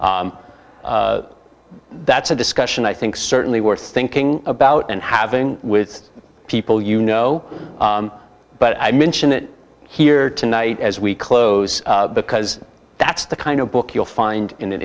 that's a discussion i think certainly worth thinking about and having with people you know but i mention it here tonight as we close because that's the kind of book you'll find in an